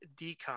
decom